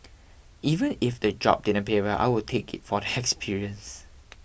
even if the job didn't pay well I would take it for the experience